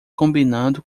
combinando